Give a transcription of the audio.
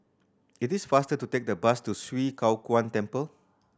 it is faster to take the bus to Swee Kow Kuan Temple